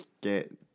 get